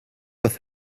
with